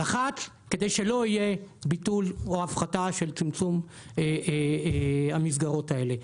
הוא לחץ כדי שלא יהיה ביטול או הפחתה של צמצום המסגרות האלה.